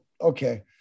Okay